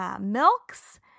milks